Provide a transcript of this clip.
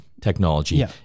technology